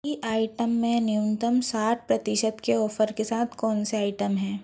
T items मे न्यूनतम साठ प्रतिशत के ऑफ़र के साथ कौन से आइटम हैं